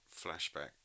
flashback